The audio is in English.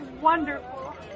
wonderful